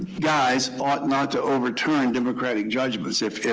guys ought not to overturn democratic judgments. if if